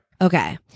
Okay